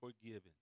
forgiven